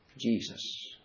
Jesus